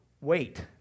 wait